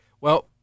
Well-